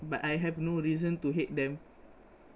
but I have no reason to hate them